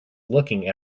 looking